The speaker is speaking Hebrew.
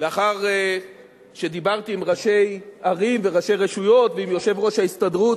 לאחר שדיברתי עם ראשי ערים וראשי רשויות ועם יושב-ראש ההסתדרות,